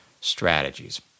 strategies